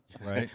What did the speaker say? Right